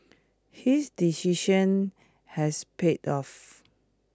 his decision has paid off